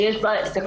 שיש בה את הכול.